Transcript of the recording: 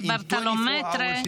ברתולומיאו מיטרה,